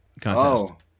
contest